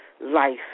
life